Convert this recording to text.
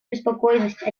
обеспокоенность